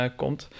komt